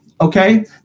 Okay